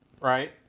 Right